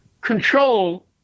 control